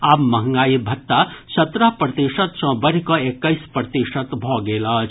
आब महंगाई भत्ता सत्रह प्रतिशत सॅ बढ़ि कऽ एक्कैस प्रतिशत भऽ गेल अछि